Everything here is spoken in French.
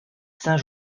saint